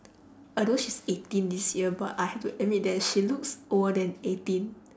although she's eighteen this year but I have to admit that she looks older than eighteen